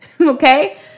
okay